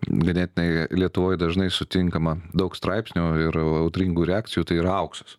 ganėtinai lietuvoj dažnai sutinkama daug straipsnių ir audringų reakcijų tai yra auksas